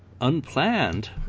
unplanned